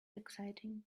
exciting